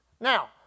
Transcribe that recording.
Now